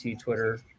Twitter